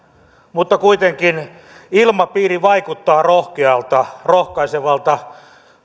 mutta kuitenkin ilmapiiri vaikuttaa rohkealta rohkaisevalta